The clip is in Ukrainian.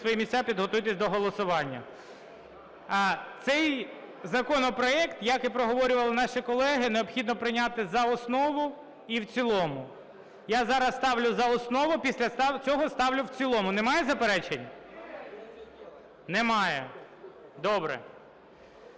свої місця, підготуйтесь до голосування. Цей законопроект, як і проговорювали наші колеги, необхідно прийняти за основу і в цілому. Я зараз ставлю за основу, після цього ставлю в цілому. Немає заперечень? Немає. Добре.